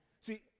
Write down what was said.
see